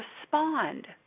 respond